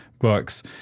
books